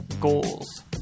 goals